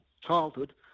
childhood